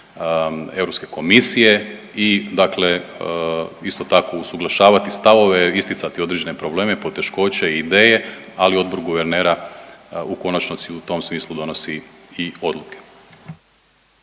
Europske komisije i dakle isto tako usuglašavati stavove, isticati određene probleme, poteškoće, ideje, ali Odbor guvernera u konačnici u tom smislu donosi i odluke.